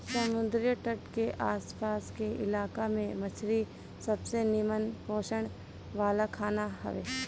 समुंदरी तट के आस पास के इलाका में मछरी सबसे निमन पोषण वाला खाना हवे